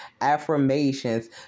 affirmations